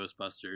ghostbusters